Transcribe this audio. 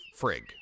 frig